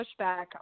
pushback